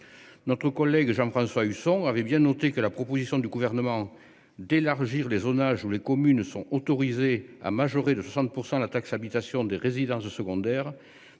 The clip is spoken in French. Notre collègue Jean-François Husson, avait bien noté que la proposition du gouvernement d'élargir les zones où les communes sont autorisés à majorer de 60% la taxe habitation des résidences secondaires